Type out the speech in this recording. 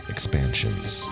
Expansions